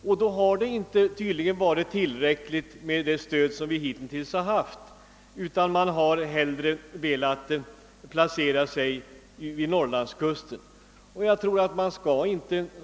Det förhållandet att man ändå hellre lokaliserar sig till kusten visar att det stöd som hittills har utgått i inlandet inte varit tillräckligt.